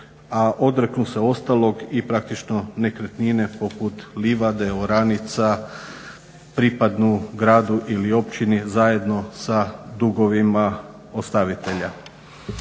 a odreknu se ostalog i praktično nekretnine poput livade, oranica pripadnu gradu ili općini zajedno sa dugovima ostavitelja.